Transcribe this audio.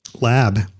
lab